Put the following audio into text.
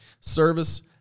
service